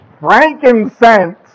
Frankincense